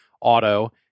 auto